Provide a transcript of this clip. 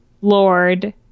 Lord